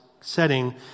setting